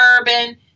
urban